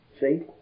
see